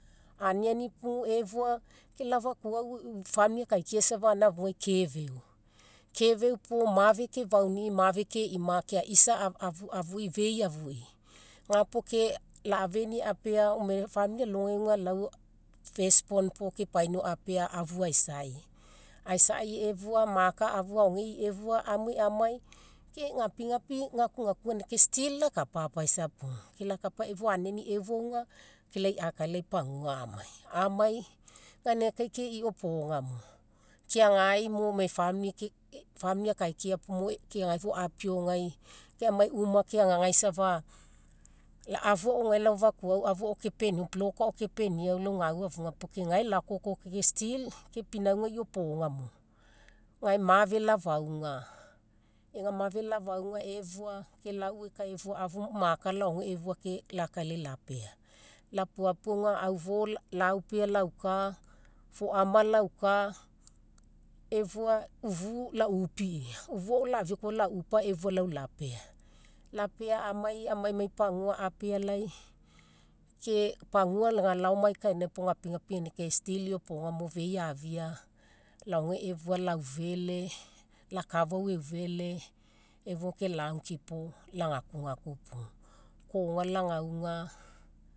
Aniani pugu efua, ke lau afakuau family akaikiai safa gaina afuga kefeu. Kefeu puo mafe kafaunii mafe ke'ima, ke aisa afuii feii afuii ga puo ke l a'afeni apea gome famili alogai auga lau first born puo kepainiau apea afu aisai, aisai efua afu a'maka efua afu aogeii efua amue amai, ke gapigapi gakugakuga ganinagai ke still lakapa paisa pugu. Ke lakapa efua aniani efua auga ke lai akalai amai pagua, amai gaina ke iopoga mo. Keagai mo ke emai famili mo famili akaikiai puo mo keagai fou apiaugai, ke amai uma keaga gae safa afakuau block ao kepeniau lau gau afuga puo ke age lakoko ke still, pinauga iopoga mo. Gae mafe lafauga, ega mafe lafauga efua ke lauekae efua afu maka laoge efua ke lakailai lapea. Lapuapua auga aufo laupea lauka, foama lauka efua ufu la'upi. Ufu ao la'upa efua lau lapea, lapea amai amaimai pagua apealai, ke pagua ega laomai kainai gapigapi ganinagai kai still fei afia, laoge efua laufele lau akafau eufele efua efua ke lagukipo lagakugaku pugu. Koga lagauga